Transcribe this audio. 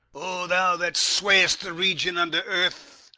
o thou that sway'st the region under earth,